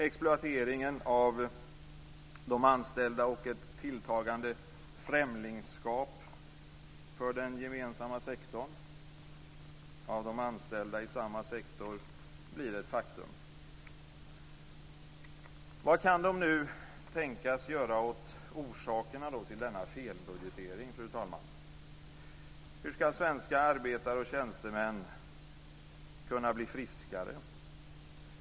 Exploateringen av de anställda och ett tilltagande främlingskap för den gemensamma sektorn av de anställda i samma sektor blir ett faktum. Vad kan man nu tänkas göra åt orsakerna till denna felbudgetering, fru talman? Hur ska svenska arbetare och tjänstemän kunna bli friskare?